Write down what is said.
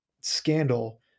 scandal